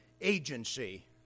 agency